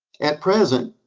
at present,